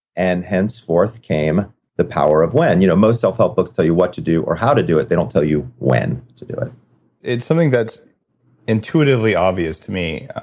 and henceforth came the power of when. you know, most self-help books tell you what to do or how to do it. they don't tell you when to do it it's something that's intuitively obvious to me.